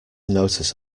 notice